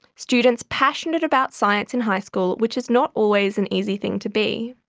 students passionate about science in high school, which is not always an easy thing to be.